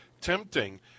tempting